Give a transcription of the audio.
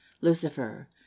lucifer